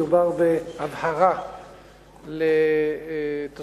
מדובר בהבהרה לתוספות